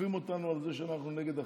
תוקפים אותנו על זה שאנחנו נגד החיילים.